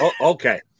Okay